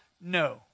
No